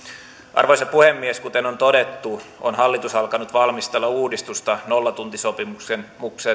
arvoisa puhemies kuten on todettu on hallitus alkanut valmistella uudistusta nollatuntisopimuksen